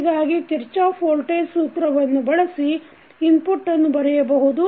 ಹೀಗಾಗಿ Kirchhoff voltage ಸೂತ್ರವನ್ನು ಬಳಸಿ ಇನ್ಪುಟ್ಟನ್ನು ಬರೆಯಬಹುದು